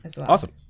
Awesome